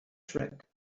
track